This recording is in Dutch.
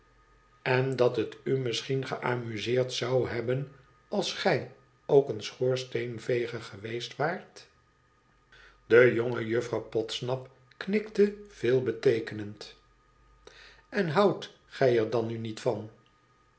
n dat het u misschien geamuseerd zou hebben als gij ook een schoorsteenveger geweest waart de jonge juffrouw podsnap knikte veelbeteekenend n houdt gij er dan nu niet van